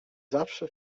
zawsze